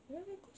ya lah cause